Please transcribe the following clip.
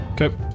Okay